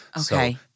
Okay